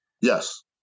Yes